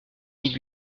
mille